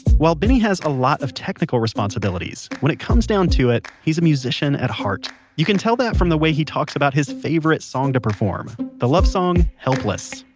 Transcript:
while benny has a lot of technical responsibility, when it comes down to it, he's a musician at heart. you can tell that from the way he talks about his favorite song to perform, the love song helpless.